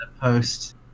post